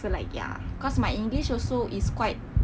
so like ya cause my english also is quite